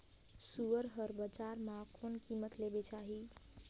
सुअर हर बजार मां कोन कीमत ले बेचाही?